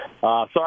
sorry